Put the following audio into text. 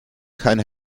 kein